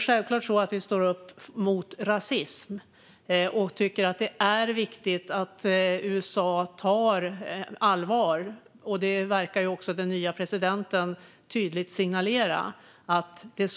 Självklart står vi upp mot rasism och tycker att det är viktigt att USA tar på allvar att det ska ske förändringar, vilket den nye presidenten tydligt verkar signalera.